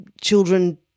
children